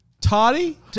Toddy